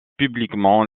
publiquement